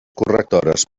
correctores